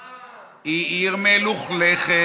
שמחה,